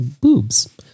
boobs